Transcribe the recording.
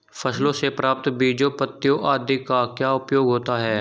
फसलों से प्राप्त बीजों पत्तियों आदि का क्या उपयोग होता है?